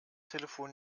telefon